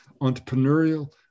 entrepreneurial